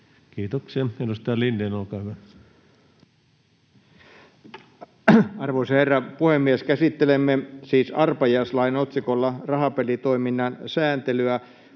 Kiitoksia. — Edustaja Lindén, olkaa hyvä. Arvoisa herra puhemies! Käsittelemme siis arpajaislain otsikolla rahapelitoiminnan sääntelyä,